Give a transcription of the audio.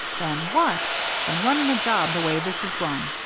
than what than running a job the way this is run.